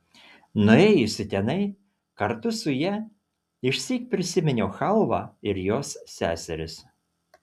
nuėjusi tenai kartu su ja išsyk prisiminiau chalvą ir jos seseris